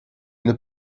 une